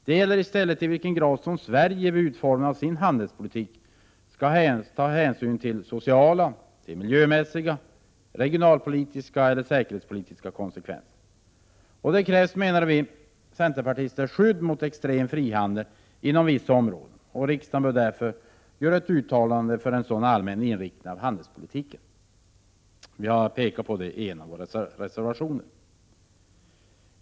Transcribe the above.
Det gäller i stället i vilken grad Sverige vid utformningen av sin handelspolitik skall ta hänsyn till sociala, miljömässiga, regionalpolitiska och säkerhetspolitiska konsekvenser. Det krävs, menar vi centerpartister, skydd mot extrem frihandel inom vissa områden. Riksdagen bör därför uttala sig för en sådan allmän inriktning av handelspolitiken. Detta har vi framhållit i en av våra reservationer.